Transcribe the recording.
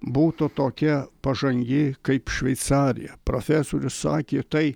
būtų tokia pažangi kaip šveicarija profesorius sakė tai